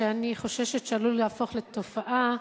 שאני חוששת שעלול להפוך לתופעה,